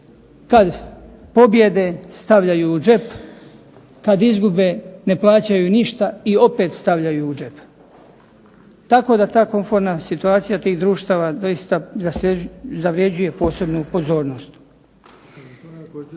kad pobjede stavljaju u džep, kad izgube ne plaćaju ništa i opet stavljaju u džep. Tako da ta komforna situacija tih društava doista zavređuje posebnu pozornost.